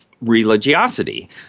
religiosity